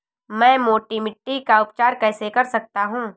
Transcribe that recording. मैं मोटी मिट्टी का उपचार कैसे कर सकता हूँ?